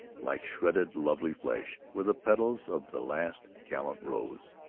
like shredded lovely flesh, were the petals of the last gallant rose.